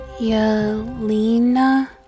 Yelena